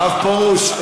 הרב פרוש,